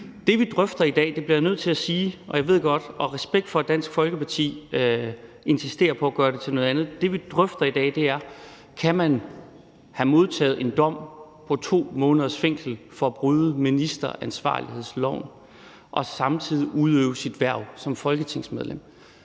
Det, vi drøfter i dag – det bliver jeg nødt til at sige, og respekt for, at Dansk Folkeparti insisterer på at gøre det til noget andet – er: Kan man have modtaget en dom på 2 måneders fængsel for at bryde ministeransvarlighedsloven og samtidig udøve sit hverv som folketingsmedlem?